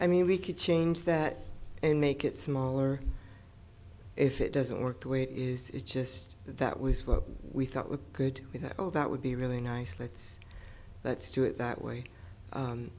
i mean we could change that and make it smaller if it doesn't work the way it is it's just that was what we thought was good about would be really nice let's let's do it that way